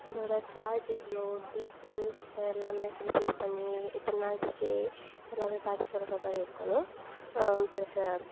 அதோட சார்ஜ் எவ்வளோ டீசல்ஸ் எல்லாமே ஃபுல் ஃபில் பண்ணி எத்தனை நாள் ஸ்டே எல்லாமே பார்த்து சொல்கிற மாதிரி இருக்கணும் ப்ளஸ்